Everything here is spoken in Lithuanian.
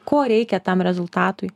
ko reikia tam rezultatui